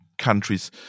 Countries